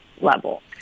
Level